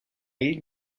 ell